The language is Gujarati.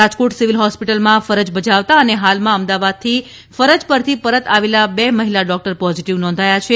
રાજકોટ સિવિલ હોસ્પિટલમાં ફરજ બજાવતા અને હાલમાં અમદાવાદથી ફરજ પરથી પરત આવેલા બે મહિલા ડોક્ટર પોઝિટિવ નોંધાયા છે